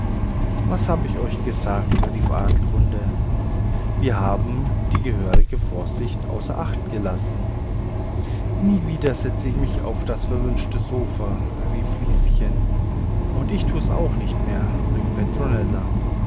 was hab ich euch gesagt rief adelgunde wir haben die gehörige vorsicht außer acht gelassen nie wieder setz ich mich auf das verwünschte sofa rief lieschen und ich tu's auch nicht mehr rief petronella